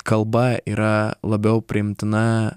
kalba yra labiau priimtina